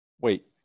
Wait